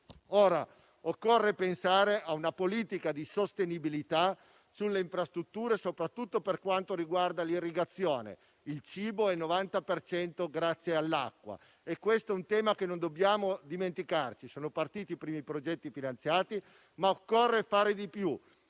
Occorre pensare a una politica di sostenibilità sulle infrastrutture, soprattutto per quanto riguarda l'irrigazione. Il cibo è fatto per il 90 per cento di acqua e questo è un tema che non dobbiamo dimenticare. Sono partiti i primi progetti finanziati, ma occorre fare di più: